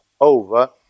over